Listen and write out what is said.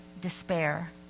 despair